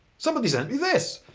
somebody sent me this.